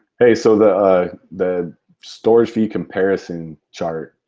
hey, so the ah the storage fee comparison chart,